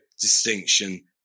distinction